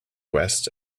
west